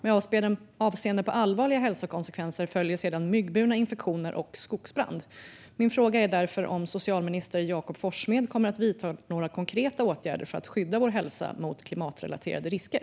Med avseende på allvarliga hälsokonsekvenser följer sedan myggburna infektioner och skogsbrand." Kommer socialminister Jakob Forssmed att vidta några konkreta åtgärder för att skydda vår hälsa mot klimatrelaterade risker?